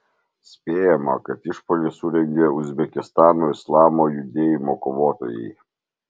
spėjama kad išpuolį surengė uzbekistano islamo judėjimo kovotojai